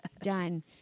done